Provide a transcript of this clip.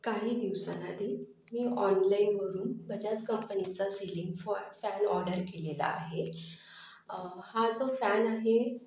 काही दिवसांआधी मी ऑनलाईनवरून बजाज कंपनीचा सिलिंग फॉल फॅन ऑर्डर केलेला आहे हा जो फॅन आहे